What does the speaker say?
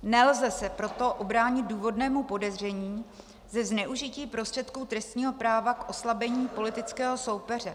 Nelze se proto ubránit důvodnému podezření ze zneužití prostředků trestního práva k oslabení politického soupeře.